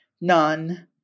none